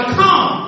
come